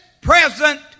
present